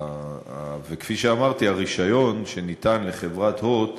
וכפי שאמרתי, הרישיון שניתן לחברת "הוט"